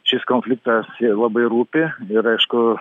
šis konfliktas labai rūpi ir aišku